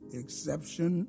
exception